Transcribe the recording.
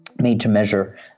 made-to-measure